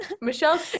Michelle